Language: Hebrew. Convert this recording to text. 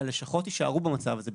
שהלשכות יישארו במצב הזה,